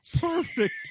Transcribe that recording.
Perfect